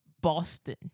boston